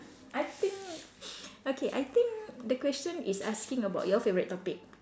I think okay I think the question is asking about your favourite topic